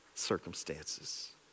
circumstances